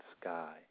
sky